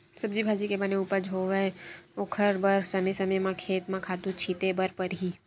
सब्जी भाजी के बने उपज होवय ओखर बर समे समे म खेत म खातू छिते बर परही